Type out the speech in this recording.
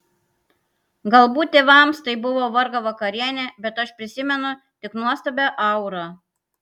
galbūt tėvams tai buvo vargo vakarienė bet aš prisimenu tik nuostabią aurą